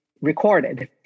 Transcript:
recorded